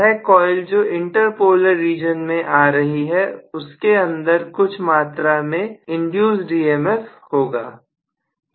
वह कॉइल जो inter college region में आ रही है उसके अंदर कुछ मात्रा में यह मैसेज इंड्यूस होगा